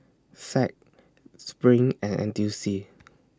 SAC SPRING and N T U C